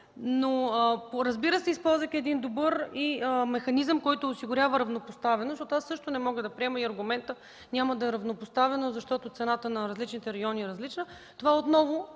но разбира се използвайки един добър механизъм, който осигурява равнопоставеност. Аз също не мога да приема аргумента, че няма да е равнопоставена, защото цената на различните райони е различна. Това отново